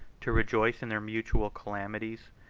to rejoice in their mutual calamities,